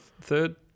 third